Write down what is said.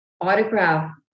autograph